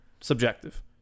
subjective